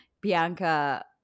Bianca